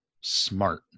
smart